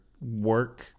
work